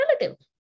relative